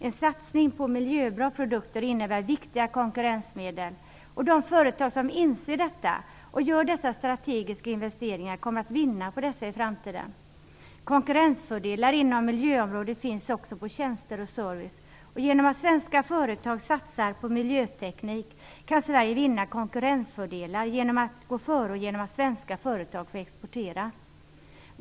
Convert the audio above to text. En satsning på miljöbra produkter innebär viktiga konkurrensmedel. De företag som inser detta och gör dessa strategiska investeringar kommer att vinna på dessa i framtiden. Konkurrensfördelar inom miljöområdet finns också när det gäller tjänster och service. Om svenska företag satsar på miljöteknik kan Sverige vinna konkurrensfördelar genom att gå före och genom att svenska företag får exportera.